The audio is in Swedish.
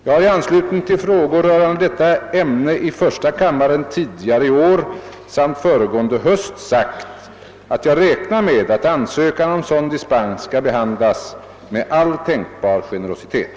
Jag har i anslutning till frågor rörande detta ämne i första kammaren tidigare i år samt föregående höst sagt, alt jag räknar med att ansökan om sådan dispens skall behandlas med all tänkbar generositet.